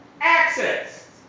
access